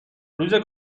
روز